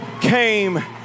came